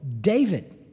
David